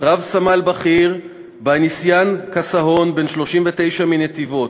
רב-סמל בכיר בייניסיאן קסהון, בן 39, מנתיבות,